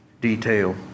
detail